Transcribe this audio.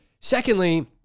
Secondly